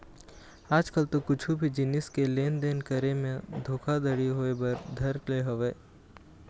आज कल तो कुछु भी जिनिस के लेन देन करे म धोखा घड़ी होय बर धर ले हवय